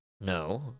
No